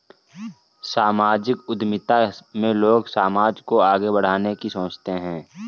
सामाजिक उद्यमिता में लोग समाज को आगे बढ़ाने की सोचते हैं